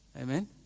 Amen